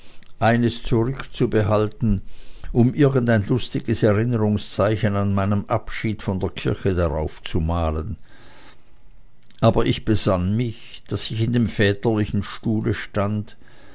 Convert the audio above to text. eines zurückzubehalten um irgendein lustiges erinnerungszeichen an meinen abschied von der kir che darauf zu malen aber ich besann mich daß ich in dem väterlichen stuhle stand